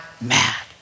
mad